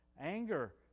anger